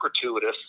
gratuitous